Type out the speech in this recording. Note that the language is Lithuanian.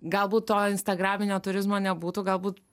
galbūt to instagraminio turizmo nebūtų galbūt